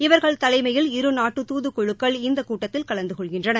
இவர்கள் தலைமையில் இருநாட்டு தூதுக்குழுக்கள் இந்த கூட்டத்தில் கலந்துகொள்கின்றன